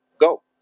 Go